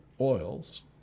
oils